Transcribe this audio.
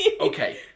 Okay